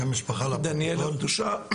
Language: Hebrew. דניאל ארץ קדושה,